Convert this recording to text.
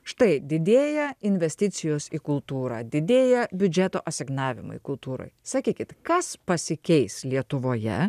štai didėja investicijos į kultūrą didėja biudžeto asignavimai kultūrai sakykit kas pasikeis lietuvoje